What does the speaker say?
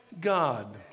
God